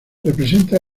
representa